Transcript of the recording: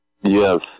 Yes